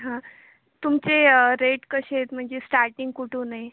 हां तुमचे रेट कसे आहेत म्हणजे स्टार्टिंग कुठून आहे